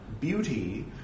beauty